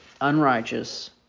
unrighteous